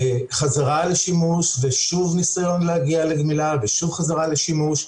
חזרה לשימוש ושוב נסיון להגיע לגמילה ושוב חזרה לשימוש.